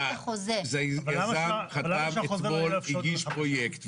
יזם אתמול הגיש פרויקט,